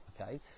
okay